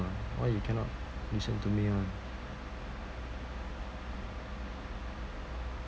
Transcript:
why you cannot listen to me ah